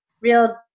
real